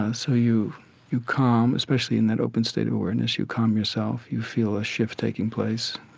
ah so you you calm especially in that open state of awareness you calm yourself. you feel a shift taking place.